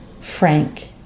Frank